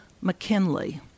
McKinley